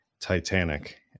Titanic